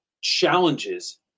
challenges